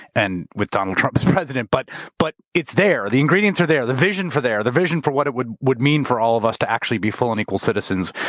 and with donald trump as president, but but it's there, the ingredients are there, the vision are there, the vision for what it would would mean for all of us to actually be full and equal citizens,